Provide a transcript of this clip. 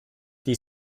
die